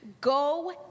go